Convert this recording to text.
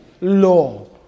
law